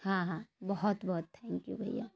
ہاں ہاں بہت بہت تھینک یو بھیا